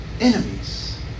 enemies